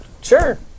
Sure